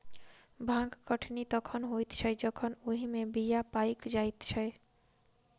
भांग कटनी तखन होइत छै जखन ओहि मे बीया पाइक जाइत छै